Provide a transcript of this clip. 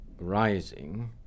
rising